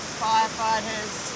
firefighters